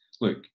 Look